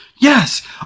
yes